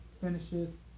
finishes